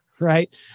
right